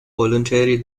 voluntary